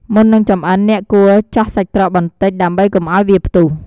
មុននឹងចម្អិន អ្នកគួរ ចោះសាច់ក្រកបន្តិច ដើម្បីកុំឱ្យវាផ្ទុះ។